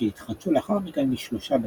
אשר התחדשו לאחר מכן ב-3 בספטמבר.